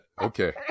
Okay